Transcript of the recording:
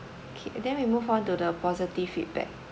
okay then we move on to the positive feedback